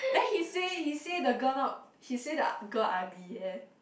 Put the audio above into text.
then he say he say the girl not he say the girl ugly eh